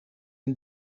een